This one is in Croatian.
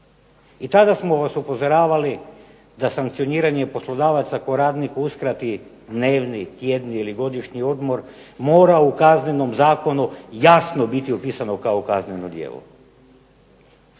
I tada smo vas upozoravali da sankcioniranje poslodavaca ako radniku uskrati dnevni, tjedni ili godišnji odmor mora u Kaznenom zakonu jasno biti upisano kao kazneno djelo.